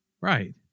Right